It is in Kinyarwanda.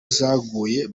zaguye